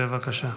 בבקשה.